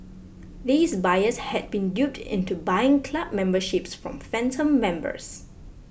these buyers had been duped into buying club memberships from phantom members